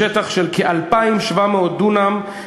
בשטח של כ-2,700 דונם,